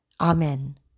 Amen